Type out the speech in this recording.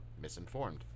misinformed